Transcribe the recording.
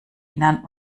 innern